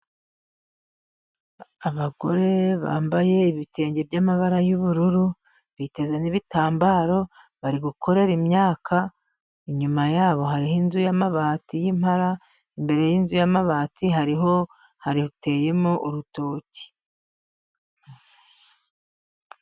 Abagore bambaye ibitenge by'amabara y'ubururu, biteze n'ibitambaro bari gukorera imyaka, inyuma yabo hariho inzu y'amabati y'impara, imbere y'inzu y'amabati hariho hateyemo urutoki.